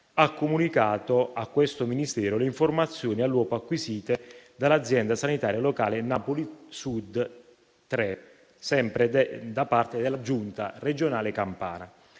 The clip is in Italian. ha comunicato al Ministero le informazioni all'uopo acquisite dall'azienda sanitaria locale Napoli 3 Sud: ciò proviene sempre da parte della Giunta regionale campana.